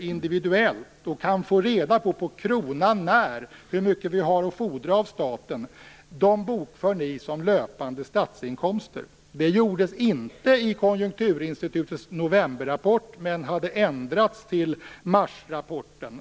individuellt, och vi kan få veta på kronan när hur mycket vi har att fordra av staten - som löpande statsinkomster. Så gjordes inte i Konjunkturinstitutets novemberrapport, men det hade ändrats till marsrapporten.